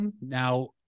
Now